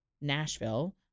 Nashville